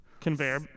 Conveyor